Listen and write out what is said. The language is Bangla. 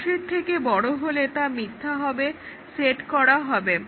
10 এর থেকে বড় হলে তা মিথ্যা হিসেবে সেট করা হবে